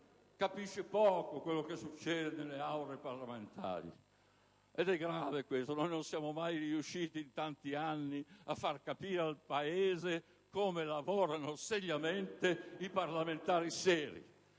capisce poco quello che succede nelle Aule parlamentari. Ed è grave questo aspetto: non siamo mai riusciti, in tanti anni, a far capire al Paese come lavorano seriamente i parlamentari seri.